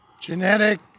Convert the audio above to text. genetic